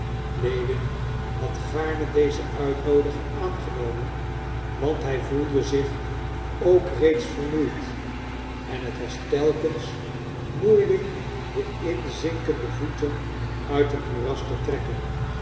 lewin had gaarne deze uitnoodiging aangenomen want hij voelde zich ook reeds vermoeid en het was telkens moeielijk de inzinkende voeten uit het moeras te trekken